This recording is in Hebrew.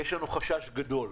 יש לנו חשש גדול,